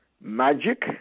magic